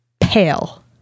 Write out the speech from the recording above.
pale